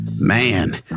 man